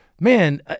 man